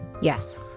Yes